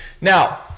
Now